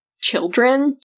children